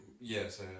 Yes